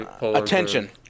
attention